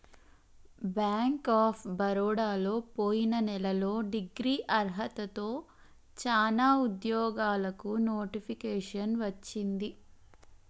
bank of బరోడలో పొయిన నెలలో డిగ్రీ అర్హతతో చానా ఉద్యోగాలకు నోటిఫికేషన్ వచ్చింది